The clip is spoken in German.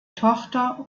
tochter